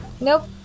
Nope